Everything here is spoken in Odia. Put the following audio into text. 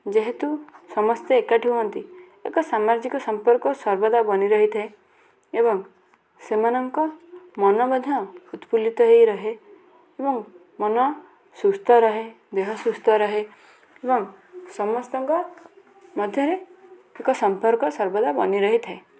ଯେହେତୁ ସମସ୍ତେ ଏକାଠି ହୁଅନ୍ତି ଏକ ସାମାଜିକ ସମ୍ପର୍କ ସର୍ବଦା ବନି ରହିଥାଏ ଏବଂ ସେମାନଙ୍କୁ ମନ ମଧ୍ୟ ଉତ୍ଫୁଲ୍ଲିତ ହେଇ ରହେ ଏବଂ ମନ ସୁସ୍ଥ ରହେ ଦେହ ସୁସ୍ଥ ରହେ ଏବଂ ସମସ୍ତଙ୍କ ମଧ୍ୟରେ ଏକ ସମ୍ପର୍କ ସର୍ବଦା ବନି ରହିଥାଏ